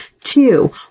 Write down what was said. Two